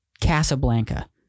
Casablanca